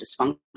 dysfunction